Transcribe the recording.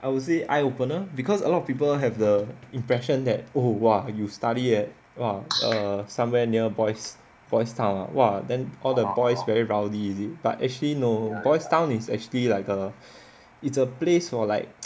I would say eye opener because a lot people have the impression that oh !whoa! you study at !wow! somewhere near boys' town ah !whoa! then all the boys very rowdy is it but actually no boys' town is actually like err it's a place for like